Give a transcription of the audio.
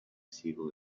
ciego